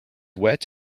wet